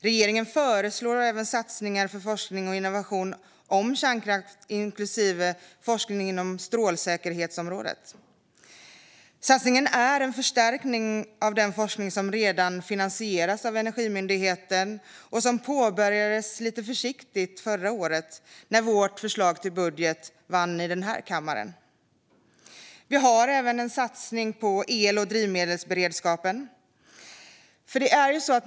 Regeringen föreslår även satsningar för forskning och innovation om kärnkraft, inklusive forskning inom strålsäkerhetsområdet. Satsningen är en förstärkning av den forskning som redan finansieras av Energimyndigheten. Den påbörjades lite försiktigt förra året när vårt förslag till budget vann i denna kammare. Vi har även en satsning på el och drivmedelsberedskapen.